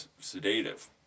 sedative